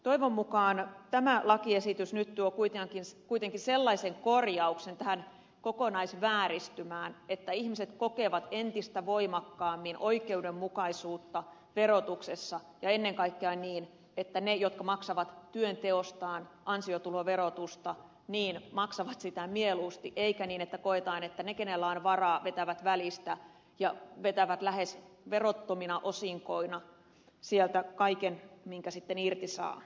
toivon mukaan tämä lakiesitys nyt tuo kuitenkin sellaisen korjauksen tähän kokonaisvääristymään että ihmiset kokevat entistä voimakkaammin oikeudenmukaisuutta verotuksessa ja ennen kaikkea niin että ne jotka maksavat työnteostaan ansiotuloverotusta maksavat sitä mieluusti eikä niin että koetaan että ne kenellä on varaa vetävät välistä ja vetävät lähes verottomina osinkoina sieltä kaiken minkä sitten irti saa